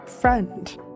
friend